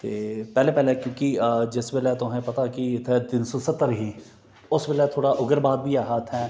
ते पैहलें पैहलें क्योंकि जिस बेल्लै तुसें गी पता कि इत्थै तिन सौ सत्तर ही उस बेल्लै थोह्ड़ा उग्गरवाद बी ऐहा इत्थै